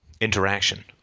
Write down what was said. interaction